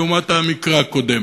לעומת המקרה הקודם.